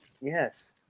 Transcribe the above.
Yes